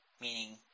Meaning